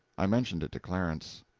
i mentioned it to clarence.